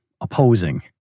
opposing